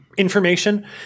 Information